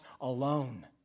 alone